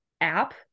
app